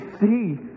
see